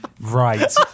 right